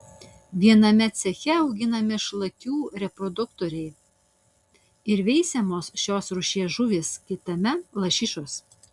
viename ceche auginami šlakių reproduktoriai ir veisiamos šios rūšies žuvys kitame lašišos